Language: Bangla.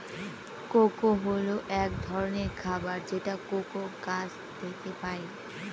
কোকো হল এক ধরনের খাবার যেটা কোকো গাছ থেকে পায়